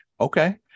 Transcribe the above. okay